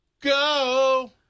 go